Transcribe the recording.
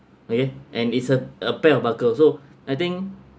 okay and it's a a pair of barker also I think